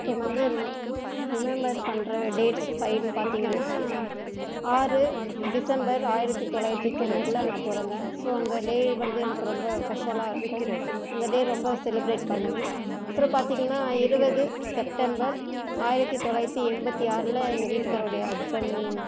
இப்போ வந்து ரிமெம்பர் பண்ணுற டேட்ஸ் ஃபைவுன்னு பார்த்திங்கனா ஆறு டிசம்பர் ஆயிரத்து தொள்ளாயிரத்தி தொண்ணூறில் நான் பிறந்தேன் ஸோ அந்த டே வந்து எனக்கு ரொம்ப ஃஸ்பெஷலாக இருக்கும் அந்த டே ரொம்ப செலப்ரேட் பண்ணுவேன் அப்புறம் பார்த்திங்னா இருபது செப்டம்பர் ஆயிரத்து தொள்ளாயிரத்தி எண்பத்தி ஆறில் எங்கே வீட்டுக்காருடைய ஹஸ்பண்ட்